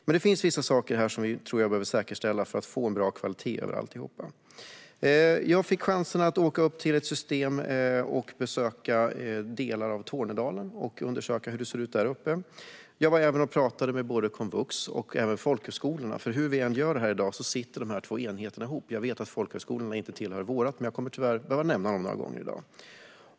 Men det finns vissa saker som jag tror att vi behöver säkerställa för att få en bra kvalitet i alla delar. Jag fick möjlighet att besöka delar av Tornedalen för att undersöka hur det ser ut där uppe. Jag talade även med både komvux och folkhögskolor. Hur vi än gör i dag sitter dessa två enheter ihop. Jag vet att folkhögskolorna inte tillhör vårt område, men jag kommer tyvärr att behöva nämna dem några gånger i dag.